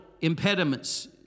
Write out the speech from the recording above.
impediments